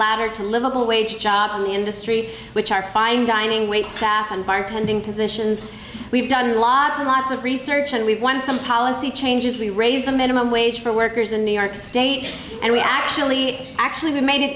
ladder to livable wage jobs in the industry which are fine dining waitstaff and bartending positions we've done lots and lots of research and we've won some policy changes we raised the minimum wage for workers in new york state and we actually actually made it